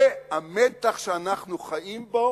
זה המתח שאנחנו חיים בו